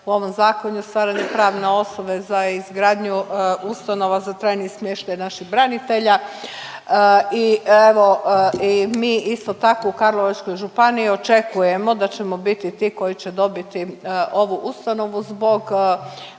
u ovom zakonu, stvaranje pravne osobe za izgradnju ustanova za trajni smještaj naših branitelja. I evo, i mi isto tako u Karlovačkoj županiji očekujemo da ćemo biti ti koji će dobiti ovu ustanovu zbog